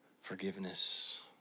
forgiveness